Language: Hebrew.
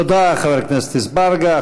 תודה, חבר הכנסת אזברגה.